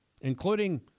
including